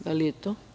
Da li je tu?